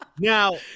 Now